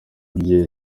bye